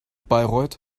bayreuth